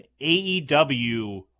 AEW